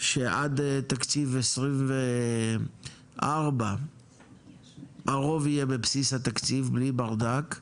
שעד תקציב 2024 הרוב יהיה בבסיס התקציב בלי ברדק,